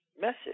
message